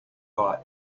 hot